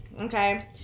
okay